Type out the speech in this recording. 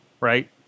Right